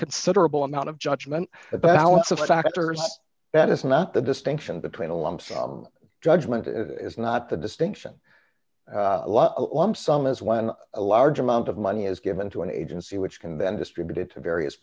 considerable amount of judgement a balance of factors that is not the distinction between a lump sum judgement as not the distinction as when a large amount of money is given to an agency which can then distribute it to various